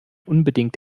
unbedingt